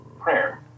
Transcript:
prayer